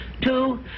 Two